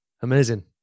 amazing